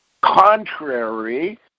contrary